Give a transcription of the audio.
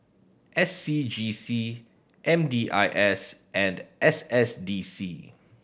S C G C M D I S and S S D C